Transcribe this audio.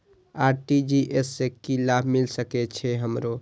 RTGS से की लाभ मिल सके छे हमरो?